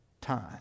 time